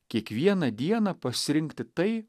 kiekvieną dieną pasirinkti tai